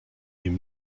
ihm